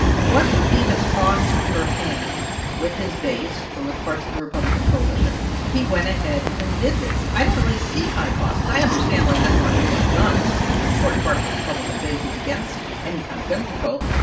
what would be the cost for him with his base or with parts of the republican coalition if he went ahead and did this? i don't really see high costs. i understand why he doesn't want to move on guns because an important part of the republican base is against any kind of gun control.